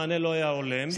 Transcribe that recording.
לא היה הולם,